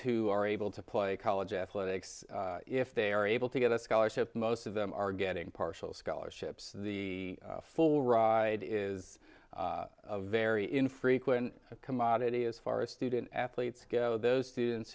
who are able to play college athletics if they are able to get a scholarship most of them are getting partial scholarships the full ride is a very infrequent commodity as far as student athletes go those students